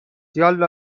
یالا